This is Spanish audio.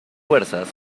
fuerzas